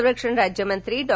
संरक्षण राज्यमंत्री डॉ